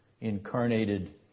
incarnated